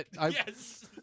Yes